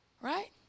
right